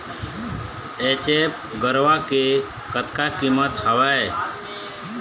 HF गरवा के कतका कीमत हवए?